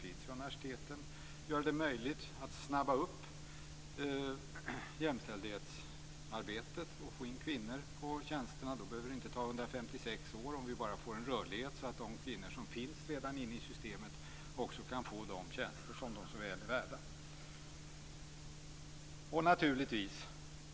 Det skulle också göra det möjligt att snabba upp jämställdhetsarbetet och få in kvinnor på tjänsterna. Det behöver inte ta 156 år om vi bara får en rörlighet så att de kvinnor som redan finns inne i systemet också kan få de tjänster som de så väl är värda.